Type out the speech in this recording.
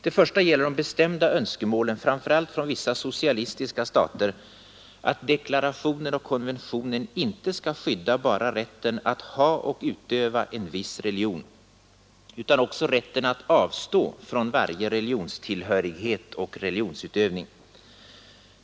Det första gäller de bestämda önskemålen framför allt från vissa socialistiska stater att deklarationen och konventionen inte skall skydda bara rätten att ha och utöva en viss religion utan också rätten att avstå från varje religionstillhörighet och religionsutövning.